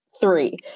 three